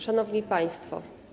Szanowni Państwo!